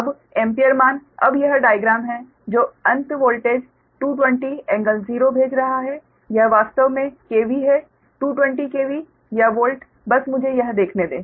अब एम्पीयर मान अब यह डाइग्राम है जो अंत वोल्टेज 220∟0 भेज रहा है यह वास्तव में KV है 220 KV या वोल्ट बस मुझे यह देखने दें